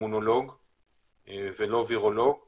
מכיוון שהם באמת לא מחזיקים זמן רב מעמד בגוף.